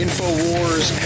InfoWars